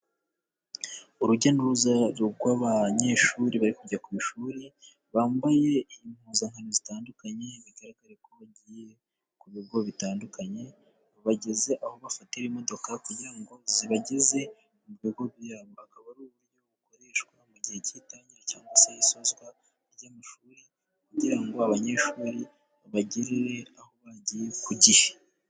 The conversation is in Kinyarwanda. Urujya n'uruza rw'abanyeshuri bari kujya ku ishuri bambaye impuzankano zitandukanye, bigaragareko bagiye ku bigo bitandukanye bageze aho bafatira imodoka kugira ngo zibageze mu bigo byabo, akaba ari uburyo bukoreshwa mu gihe cy'itangira cyangwa se isozwa ry'amashuri kugira ngo abanyeshuri bagere aho bagiye ku gihe.